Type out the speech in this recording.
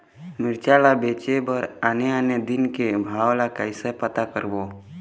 मिरचा ला बेचे बर आने आने दिन के भाव ला कइसे पता करबो?